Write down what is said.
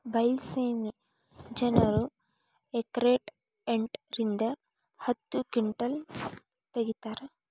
ಬೈಲಸೇಮಿ ಜನರು ಎಕರೆಕ್ ಎಂಟ ರಿಂದ ಹತ್ತ ಕಿಂಟಲ್ ತಗಿತಾರ